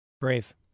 Brave